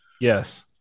Yes